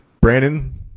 Brandon